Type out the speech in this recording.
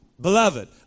Beloved